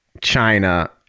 China